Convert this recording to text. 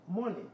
money